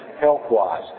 health-wise